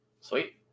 Sweet